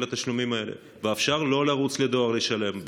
התשלומים האלה ושאפשר לא לרוץ לדואר לשלם.